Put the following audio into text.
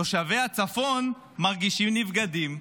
תושבי הצפון מרגישים נבגדים,